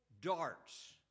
darts